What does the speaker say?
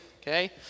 okay